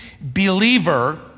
believer